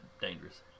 dangerous